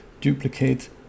duplicate